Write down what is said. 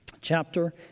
chapter